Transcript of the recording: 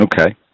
Okay